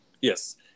Yes